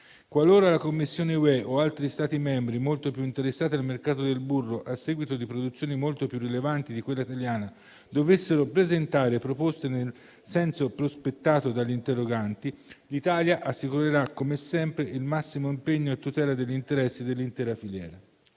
Qualora la Commissione o altri Stati membri molto più interessati dal mercato del burro, a seguito di produzioni molto più rilevanti di quella italiana, dovessero presentare proposte nel senso prospettato dagli interroganti, l'Italia assicurerà come sempre il massimo impegno a tutela degli interessi dell'intera filiera.